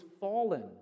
fallen